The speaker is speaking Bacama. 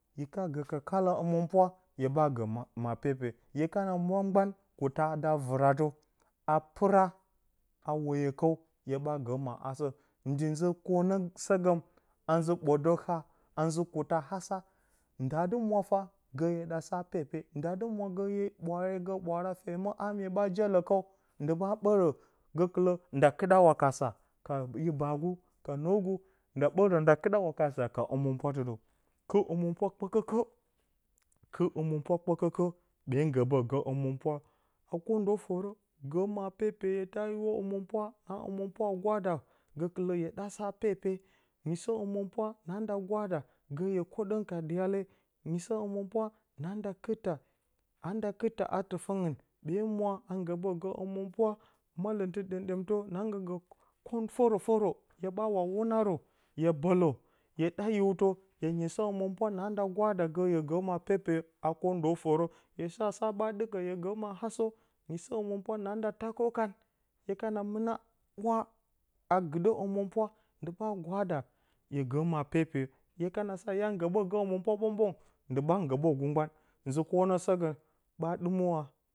Hye kana gə ka kaala, həmɨnpwa, hye ɓa gə maa pepeyo, hye kana mwa gban kuta da vɨratə, a pɨra a woyo kəw, hye ɓaa gə maa hasə, ndɨ zɨ kwonə səgəm. A zɨ ɓwodək ha, a zɨ kuta-hasaa, nda dɨ mwa fah gə hye ɗa saa pepe nda dɨ mwa gə hye hye gə ɓwaara, ɓwaara maa femə ndɨ ɓa ɓərə gə kɨlə nda kɨda, wakasa ka yo baagu ka yo nwogu ndɨ ɓa kɨɗa wakaasa ka həmɨnpwa tɨdəw, kɨt həmɨnpwa kpəkəkə, kɨt həmɨnpwa kpəkəkə, ɓe nggəɓət gə həmɨnpwa ka kwondə fərə gə maa pepeyo, hye ta hi wo həmɨnpwa, na həmɨnpwa a gwanda, gəkɨlə hye ɗaa, sa pepe nyisə həmɨnpwa na nda gwaada gə hye kwoɗə ka dyale. Nyisə həmɨnpwa na nda kɨt ta, nanda kɨtta a tɨfəngɨn, ɓe mwa a nggəɓət gə həmɨnpwa, malɨmtɨ ɗəmɗəmtə na nga koh fərə fəfə hye ɓa wa wunarə, hye bələ, hye ɗa hiwtə. Hye nyisə həmɨnpwa na nda gwaada gə hye gə maa pepeyo, a kwondə fərə hye shea, saa, sa ɓa ɗɨkə hye gə maa hasə hye sa həmɨnpwa na nda ta kəw kan, hye kana mɨna ɓwaa, a gɨɗə həmɨnpwa, ndɨ ɓa gwaa, da hye gə maa pepeyo. Hye kana saa, hya nggəɓət gə həmɨ pwa ɓwong ɓwong, ndɨ ɓa nggəɓət gug gban, zɨ kwonə sə gəm, ba dɨ mɨ haa.